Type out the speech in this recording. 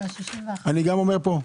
אני גם אומר פה,